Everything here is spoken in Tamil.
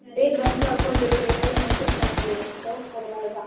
நிறையா பேங்க்கில் அக்கௌண்ட் இருக்கிறதுனால மெய்ன்டெய்ன் பண்ண முடியலைங்க சார் அதனால் தான்